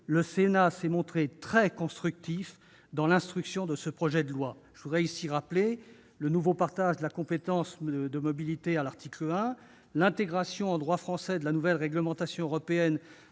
le Sénat s'est montré très constructif dans l'examen du projet de loi. Je rappelle qu'il a ainsi adopté le nouveau partage de la compétence mobilité à l'article 1, l'intégration en droit français de la nouvelle réglementation européenne